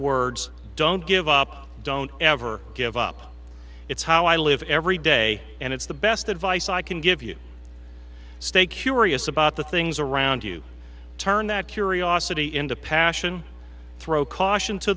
words don't give up don't ever give up it's how i live every day and it's the best advice i can give you stay curious about the things around you turn that curiosity into passion throw caution to